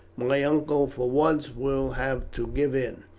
my uncle for once will have to give in.